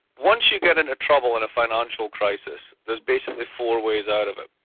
once you get into trouble in a financial crisis there's basically four ways out of it.